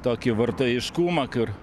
tokį vartotojiškumą kur